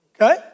Okay